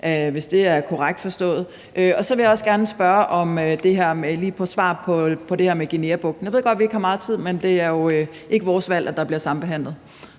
hvis det er korrekt forstået. Jeg vil så også gerne lige spørge om og få et svar på det her med Guineabugten, og jeg ved godt, at vi ikke har meget tid, men det er jo ikke vores valg, at det bliver sambehandlet.